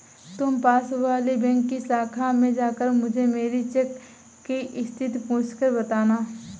तुम पास वाली बैंक की शाखा में जाकर मुझे मेरी चेक की स्थिति पूछकर बताना